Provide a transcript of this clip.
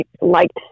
liked